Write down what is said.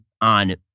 on